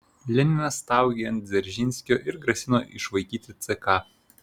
leninas staugė ant dzeržinskio ir grasino išvaikyti ck